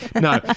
No